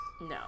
No